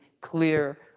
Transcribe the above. clear